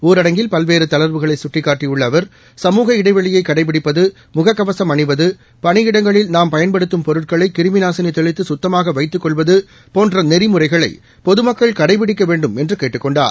ஊரடங்கில் பல்வேறு தளா்வுகளை கட்டிக்காட்டியுள்ள அவா் சமூக இடைவெளியை கடைப்பிடிப்பது முகக்கவசம் அணிவது பணியிடங்களில் நாம் பயன்படுத்தும் பொருட்களை கிருமிநாசினி தெளித்து குத்தமாக வைத்துக் கொள்வது போன்ற நெறிமுறைகளை பொதுமக்கள் கடைப்பிடிக்க வேண்டும் என்று கேட்டுக் கொண்டார்